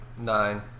Nine